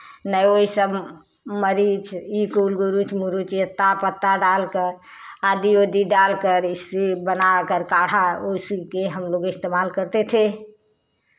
नहीं वो सब मरीच ई कुल गुरुच मुरुच ई अत्ता पत्ता डालकर आदी ओदी डालकर इससे बनाकर काढ़ा उसी के हम लोग इस्तेमाल करते थे